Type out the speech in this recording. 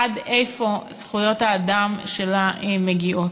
עד איפה זכויות האדם שבה מגיעות.